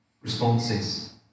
responses